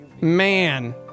man